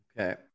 okay